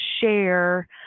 share